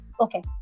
Okay